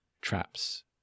traps